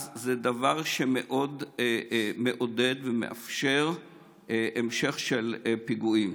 אז זה דבר שמאוד מעודד המשך של פיגועים.